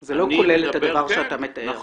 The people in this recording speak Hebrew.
זה לא כולל את הדבר שאתה מתאר.